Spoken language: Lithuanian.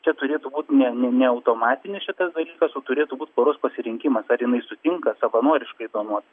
čia turėtų būt ne ne ne automatinis šitas dalykas o turėtų būt poros pasirinkimas ar jinai sutinka savanoriškai donuot